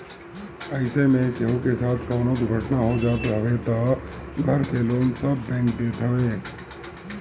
अइसे में केहू के साथे कवनो दुर्घटना हो जात हवे तअ घर के लोन सब बैंक देत हवे